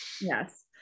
Yes